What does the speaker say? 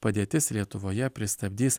padėtis lietuvoje pristabdys